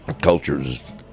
cultures